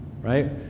right